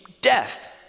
death